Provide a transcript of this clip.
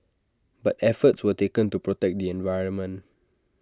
but efforts were taken to protect the environment